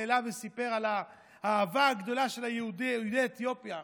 עלה וסיפר על האהבה הגדולה של יהודי אתיופיה.